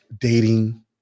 dating